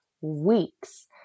weeks